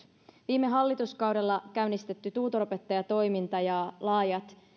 viime hallituskaudella käynnistetty tutoropettajatoiminta ja laajat